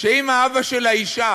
שאם האבא של האישה